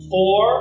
Four